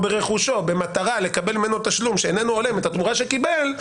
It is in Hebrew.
ברכושו במטרה לקבל ממנו תשלום שאיננו הולם את התמורה שקיבל,